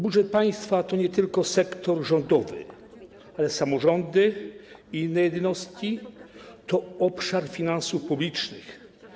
Budżet państwa to nie tylko sektor rządowy, ale samorządy i inne jednostki, to obszar finansów publicznych.